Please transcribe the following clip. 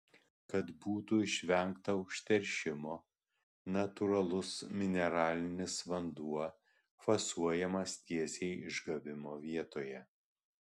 kad būtų išvengta užteršimo natūralus mineralinis vanduo fasuojamas tiesiai išgavimo vietoje